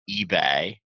eBay